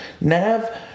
Nav